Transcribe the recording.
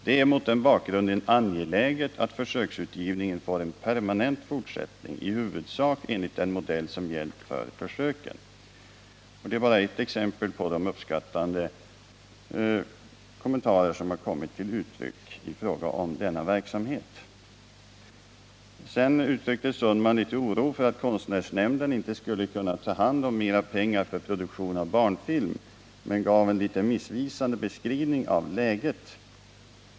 Det är mot den bakgrunden angeläget att försöksutgivningen får en permanent fortsättning i huvudsak enligt den modell som gällt för försöken.” Detta är bara ett exempel på de uppskattande kommentarer som har kommit till uttryck i fråga om denna verksamhet. Per Olof Sundman kände oro för att konstnärsnämnden inte skulle kunna ta hand om mer pengar för produktion av barnfilm men gav en litet missvisande beskrivning av läget.